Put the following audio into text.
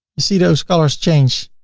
you see those colors change.